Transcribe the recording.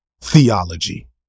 theology